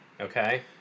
Okay